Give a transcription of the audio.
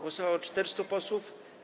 Głosowało 400 posłów.